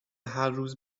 هرروز